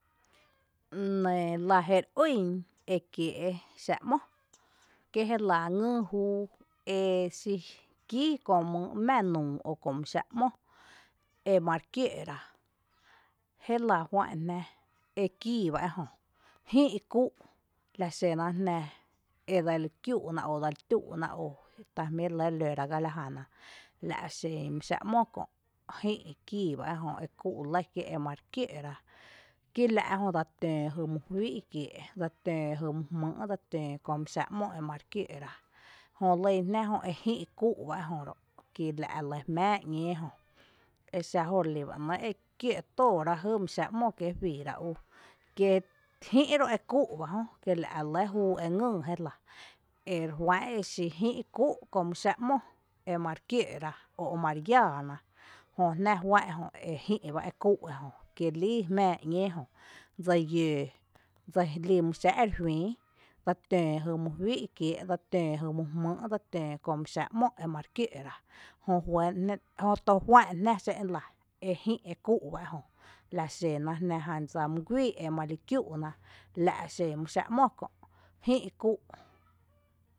Enɇɇ, lⱥ jére ýn ekiee’ xáaá’ ‘mó kie jélⱥ ngii júu e xí kíí köö mýyý mⱥⱥ nuu, kö mý xⱥⱥ’ ‘mó emare kiöö’ rá jelⱥ juá’n jnⱥ ekii bá ejö, jï’ kúú’ laxena jnⱥ edseli kiú’u’ ná o dseli túú’ ná o tajmí’ re lɇ re lǿra gála jäna, la’ xen mý xáa’ ‘mó kö’ jï’ kií bá ej¨, kúu’ lɇ kié’ emare kiǿǿ’ rá kí la’ jö dse tǿǿ jy mý fíi’ kiée’, dsa tǿǿ jy mý jmýy’ dsa tǿǿ kö mý xáa’ ‘mó emare kiǿǿ’ rá jö lǿn jnⱥ e jï’ kúu’ bá ejö ro’ kí la’ lɇ jmⱥⱥ ‘ñee jö, exⱥ jóo’ relí bá ‘nɇɇ’ e kiǿǿ’ tóorá jy mý xáa’ ´mó kiee’ juiira ú kí jï’ ro’ e kúú’ ba jö, la’ re lɇ júu e ngyy jé la ere juán´n xí jï’ kúu’ köö mý xáa’ ‘mó emare kiǿǿ’rá o emare iaaná jö jná juá’n’ jö e rejï’ ba e kúu’ ejö, kí líi jmⱥⱥ ´ñee jö dse yǿǿ dse lí mýyý xáa’ ere juïï dsa tǿǿ jy mý juíi’ kieé’ dse tǿǿ jy mý jmýy’ kömý xáa’ ´mó emare kiǿǿ’ rá jöto juán’ jná xé’n’n lⱥ ejï’ e kúu’ bá ejö laxena jná jan dsa mý guíi mali kiüú’ ná la’ xen mý xáa’ ‘mó kö’ jï’ kúu’.